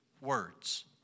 words